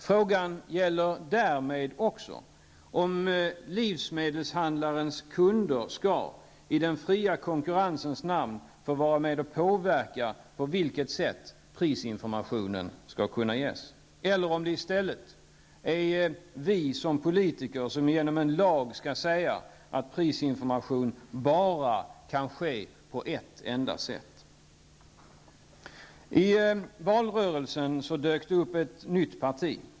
Frågan gäller därmed också om livsmedelshandlarens kunder i den fria konkurrensens namn skall få vara med och påverka på vilket sätt prisinformationen skall ges, eller om det i stället är vi som politiker som genom en lag skall säga att prisinformation bara kan ske på ett enda sätt. I valrörelsen dök det upp ett nytt parti.